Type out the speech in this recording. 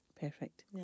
Perfect